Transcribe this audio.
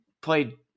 played